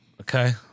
Okay